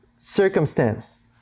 circumstance